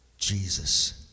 Jesus